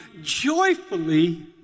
joyfully